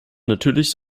natürlich